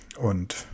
und